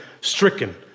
stricken